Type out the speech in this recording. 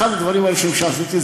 אחד הדברים הראשונים שעשיתי,